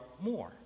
more